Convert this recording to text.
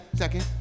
second